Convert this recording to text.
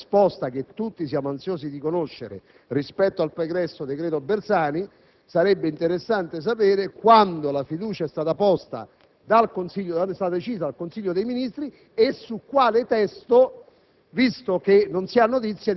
Infatti, ad esempio, oltre alla risposta che tutti siamo ansiosi di conoscere rispetto al pregresso decreto Bersani, sarebbe interessante sapere quando la fiducia è stata decisa dal Consiglio dei ministri e su quale testo,